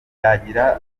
ajya